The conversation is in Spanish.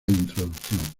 introducción